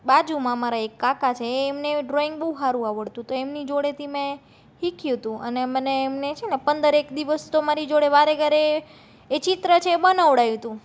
બાજુમાં અમારા એક કાકા છે એમને ડ્રોઇંગ બહુ સારું આવડતું હતું તો એમની જોડેથી મેં શીખ્યું હતું અને મને એમને છેને પંદરેક દિવસ તો એમને મારી જોડે વારે ઘરે એ ચિત્ર છે એ બનાવડાવ્યું હતું